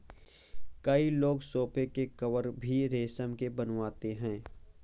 कई लोग सोफ़े के कवर भी रेशम के बनवाते हैं